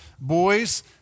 boys